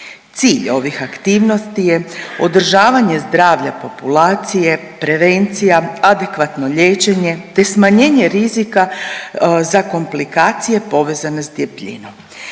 Cilj ovih aktivnosti je održavanje zdravlja populacije, prevencija, adekvatno liječenje te smanjenje rizika za komplikacije povezane s debljinom.